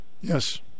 yes